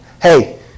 Hey